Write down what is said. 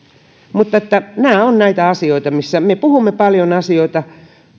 nämä ovat näitä asioita missä me puhumme paljon asioista